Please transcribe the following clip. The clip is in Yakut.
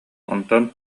онтон